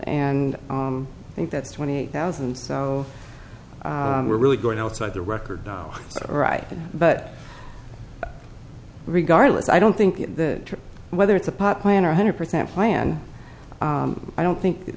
and i think that's twenty eight thousand so we're really going outside the record right but regardless i don't think that whether it's a pot plant or hundred percent planned i don't think